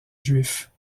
juifs